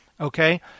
Okay